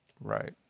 Right